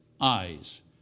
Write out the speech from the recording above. eyes